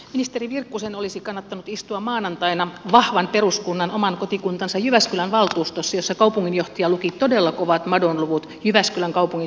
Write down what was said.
ministeri virkkusen olisi kannattanut istua maanantaina vahvan peruskunnan oman kotikuntansa jyväskylän valtuustossa jossa kaupunginjohtaja luki todella kovat madonluvut jyväskylän kaupungin surkeasta tilasta